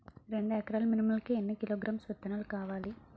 రెండు ఎకరాల మినుములు కి ఎన్ని కిలోగ్రామ్స్ విత్తనాలు కావలి?